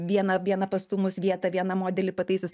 vieną vieną pastūmus vietą vieną modelį pataisius